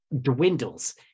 dwindles